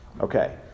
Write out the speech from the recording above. Okay